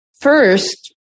first